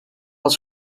had